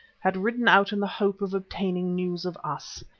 had ridden out in the hope of obtaining news of us.